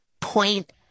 point